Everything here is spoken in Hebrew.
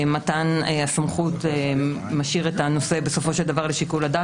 כמובן מתן הסמכות משאיר את הנושא לשיקול הדעת.